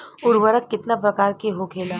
उर्वरक कितना प्रकार के होखेला?